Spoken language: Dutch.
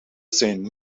zijn